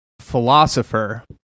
philosopher